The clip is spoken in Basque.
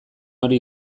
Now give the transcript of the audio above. hori